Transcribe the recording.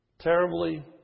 terribly